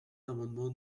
l’amendement